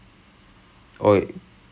I started playing cricket